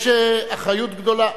יש אחריות גדולה.